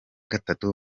gatatu